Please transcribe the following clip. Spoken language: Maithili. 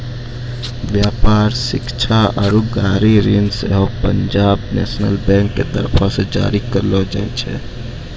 व्यापार, शिक्षा आरु गाड़ी ऋण सेहो पंजाब नेशनल बैंक के तरफो से जारी करलो जाय छै